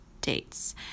dates